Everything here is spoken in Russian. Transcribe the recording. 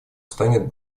станет